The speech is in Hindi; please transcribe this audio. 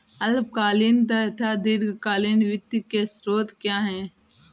अल्पकालीन तथा दीर्घकालीन वित्त के स्रोत क्या हैं?